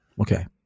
Okay